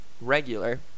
regular